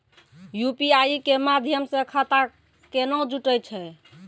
UPI के माध्यम से खाता केना जुटैय छै?